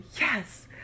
Yes